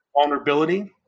Vulnerability